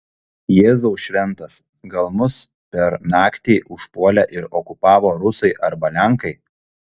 jėzau šventas gal mus per naktį užpuolė ir okupavo rusai arba lenkai